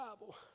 Bible